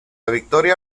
victoria